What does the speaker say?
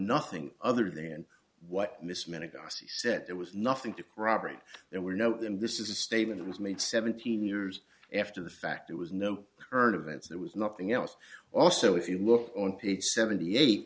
nothing other than what miss mina gussy said there was nothing to robbery there were no and this is a statement was made seventeen years after the fact it was no current events there was nothing else also if you look on page seventy eight